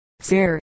sir